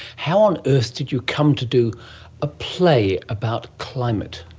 how on earth did you come to do a play about climate?